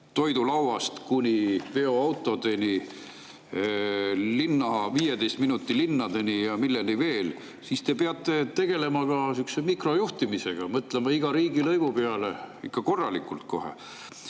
toidulauast kuni veoautodeni, 15 minuti linnadeni ja milleni veel, siis te peate tegelema ka mikrojuhtimisega, mõtlema iga riigilõivu peale ikka korralikult kohe.